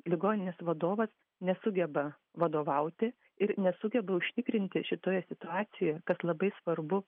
ligoninės vadovas nesugeba vadovauti ir nesugeba užtikrinti šitoje situacijoje kad labai svarbu